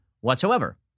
whatsoever